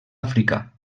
africà